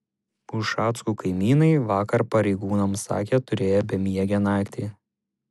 ušackų kaimynai vakar pareigūnams sakė turėję bemiegę naktį